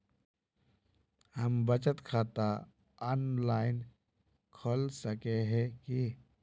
हम बचत खाता ऑनलाइन खोल सके है की?